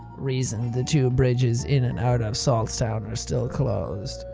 reason the two bridges in and out of saltztown are still closed.